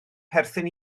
perthyn